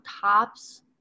tops